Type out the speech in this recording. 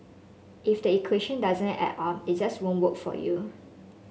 if the equation doesn't add up it just won't work for you